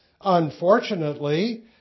Unfortunately